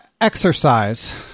Exercise